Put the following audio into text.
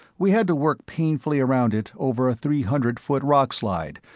we had to work painfully around it over a three-hundred-foot rockslide,